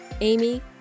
Amy